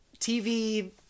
TV